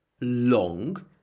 long